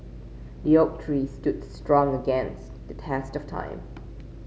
the oak tree stood strong against the test of time